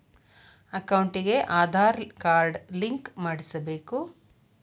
ಅಕೌಂಟಿಗೆ Aadhaar card link ಮಾಡಿಸಬೇಕು?